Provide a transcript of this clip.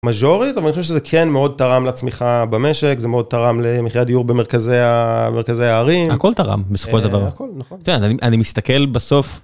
מג'ורית אבל זה כן מאוד תרם להצמיחה במשק זה מאוד תרם למחייה דיור במרכזי המרכזי הערים הכל תרם בסופו של דבר אני מסתכל בסוף.